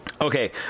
Okay